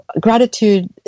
gratitude